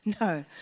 No